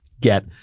get